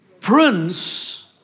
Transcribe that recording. Prince